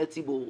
מבני ציבור,